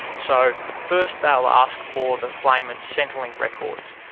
so, first they'll ask for the claimant's centrelink records.